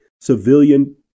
civilian